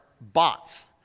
bots